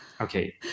okay